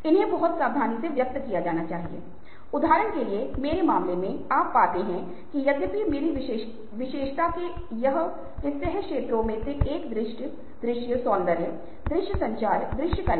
ठीक है तो टेक्स्टिंग एसएमएस की रूढ़ियों से शुरू करके हमें Facebook tweet Twitters LinkedIn वगैरह यह एक विस्तृत विस्तार वाला क्षेत्र है जहाँ आप देखते हैं कि लोग विशिष्ट तरीके से नेटवर्क करते हैं और जिस तरह से वे नेटवर्क